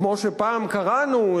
כמו שפעם קראנו,